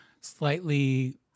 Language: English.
slightly